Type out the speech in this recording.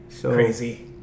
crazy